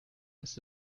ist